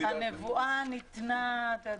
הנבואה ניתנה אתה יודע.